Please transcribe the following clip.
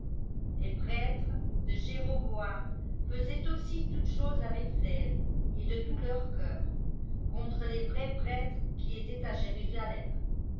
les prêtres de jéroboam faisaient aussi toutes choses avec zèle et de tout leur cœur contre les vrais prêtres qui étaient à jérusalem